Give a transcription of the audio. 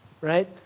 Right